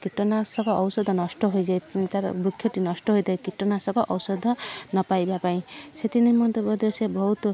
କୀଟନାଶକ ଔଷଧ ନଷ୍ଟ ହୋଇଯାଏ ତାର ବୃକ୍ଷଟି ନଷ୍ଟ ହୋଇଥାଏ କୀଟନାଶକ ଔଷଧ ନପାଇବା ପାଇଁ ସେଥି ନିମନ୍ତେ ବୋଧେ ସେ ବହୁତ